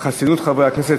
חברי הכנסת,